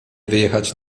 wyjechać